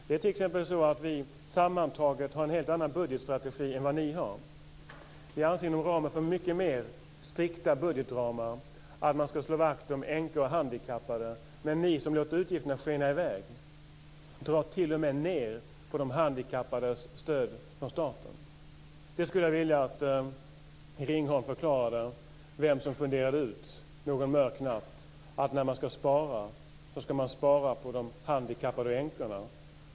Det är t.ex. så att vi sammantaget har en helt annan budgetstrategi än vad ni har. Vi anser att man inom ramen för mycket mer strikta budgetramar ska slå vakt om änkor och handikappade. Men ni som låter utgifterna skena i väg drar t.o.m. ned på de handikappades stöd från staten. Jag skulle vilja att Ringholm förklarade vem som funderade ut någon mörk natt, att när man ska spara, så ska man spara på de handikappade och änkorna.